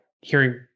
hearing